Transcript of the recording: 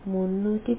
313